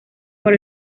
por